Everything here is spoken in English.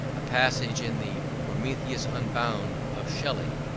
a passage in the prometheus unbound of shelley,